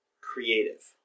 creative